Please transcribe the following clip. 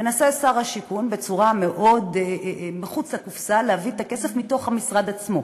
מנסה שר השיכון בצורה מאוד מחוץ לקופסא להביא את הכסף מתוך המשרד עצמו.